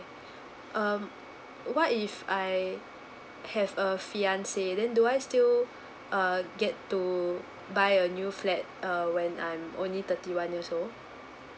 um what if I have a fiancé then do I still uh get to buy a new flat err when I'm only thirty one years old